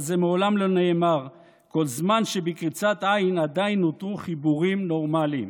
אבל זה מעולם לא נאמר כל זמן שבקריצת עין עדיין הותרו חיבורים נורמליים.